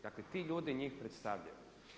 Dakle ti ljudi njih predstavljaju.